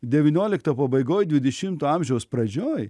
devyniolikto pabaigoj dvidešimto amžiaus pradžioj